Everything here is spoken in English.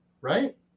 Right